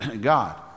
God